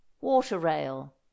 water-rail